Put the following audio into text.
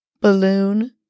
balloon